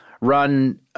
run –